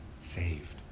saved